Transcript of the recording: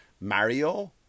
Mario